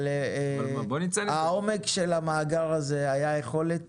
אבל העומק של המאגר הזה היה היכולת